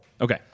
Okay